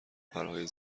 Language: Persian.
پرهای